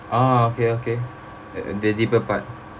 oh okay okay the deeper part